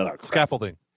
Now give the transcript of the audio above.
scaffolding